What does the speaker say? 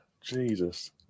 Jesus